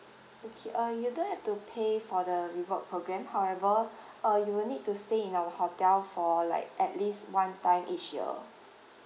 okay uh you don't have to pay for the reward programme however uh you will need to stay in our hotel for like at least one time each year